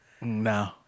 No